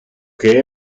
que